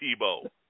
Tebow